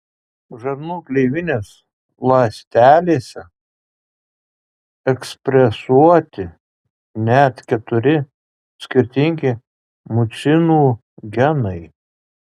žarnų gleivinės ląstelėse ekspresuoti net keturi skirtingi mucinų genai